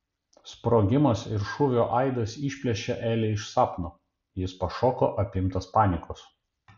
sprogimas ir šūvio aidas išplėšė elį iš sapno jis pašoko apimtas panikos